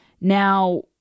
Now